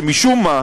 שמשום מה,